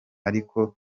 ariko